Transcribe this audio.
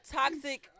toxic